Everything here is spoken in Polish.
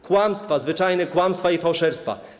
Kłamstwa, zwyczajne kłamstwa i fałszerstwa.